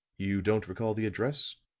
you don't recall the address?